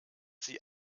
sie